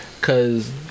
Cause